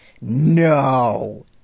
no